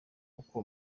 uko